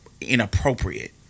inappropriate